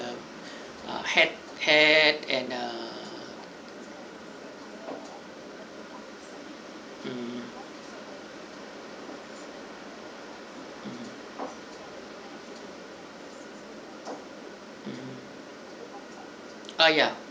~e hat hat and err mm mm ah ya